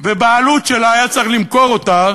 ובעלות שלה, היה צריך למכור אותה